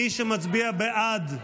מי שמצביע בעד,